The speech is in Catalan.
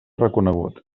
reconegut